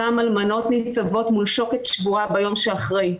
אותן אלמנות ניצבות מול שוקת שבורה ביום שאחרי.